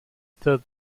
third